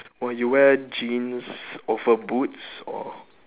or your wear jeans over boots or